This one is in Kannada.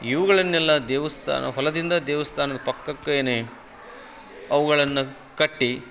ಇವುಗಳನ್ನೆಲ್ಲ ದೇವಸ್ಥಾನ ಹೊಲದಿಂದ ದೇವಸ್ಥಾನದ ಪಕ್ಕಕ್ಕೇ ಅವುಗಳನ್ನು ಕಟ್ಟಿ